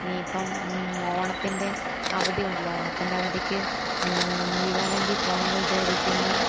എനിയിപ്പം ഓണത്തിൻ്റെ അവധിയുണ്ടല്ലൊ ഓണത്തിൻ്റെ അവധിക്ക് വീഗാലാൻ്റിൽ പോകണമെന്നു വിചാരിക്കുന്നു